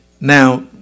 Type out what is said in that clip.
now